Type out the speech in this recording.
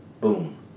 Boom